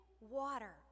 water